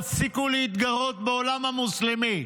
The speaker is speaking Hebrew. תפסיקו להתגרות בעולם המוסלמי.